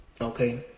okay